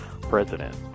president